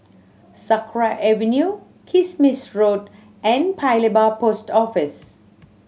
Sakra Avenue Kismis Road and Paya Lebar Post Office